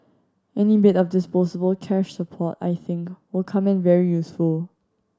any bit of disposable cash support I think will come in very useful